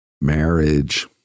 marriage